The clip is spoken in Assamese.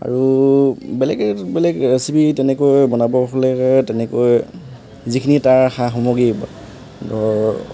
আৰু বেলেগ বেলেগ ৰেচিপি তেনেকৈ বনাব হ'লে তেনেকৈ যিখিনি তাৰ সা সামগ্ৰী ধৰ